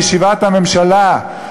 בישיבת הממשלה,